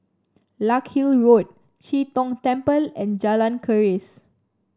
Larkhill Road Chee Tong Temple and Jalan Keris